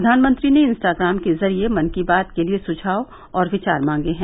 प्रधानमंत्री ने इंस्टाग्राम के जरिये मन की बात के लिए सुझाव और विचार मांगे हैं